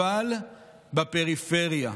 אבל בפריפריה.